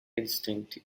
instinct